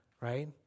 right